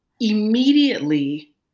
immediately